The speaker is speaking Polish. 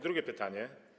Drugie pytanie.